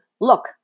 Look